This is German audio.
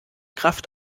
kraft